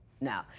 No